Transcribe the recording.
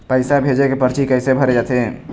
पैसा भेजे के परची कैसे भरे जाथे?